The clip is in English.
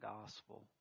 gospel